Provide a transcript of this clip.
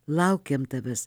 laukiam tavęs